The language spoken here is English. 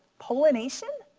pollination?